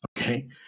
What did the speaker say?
okay